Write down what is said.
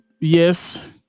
yes